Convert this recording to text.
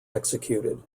executed